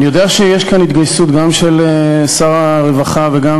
אני יודע שיש כאן התגייסות גם של שר הרווחה וגם